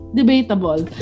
debatable